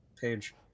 page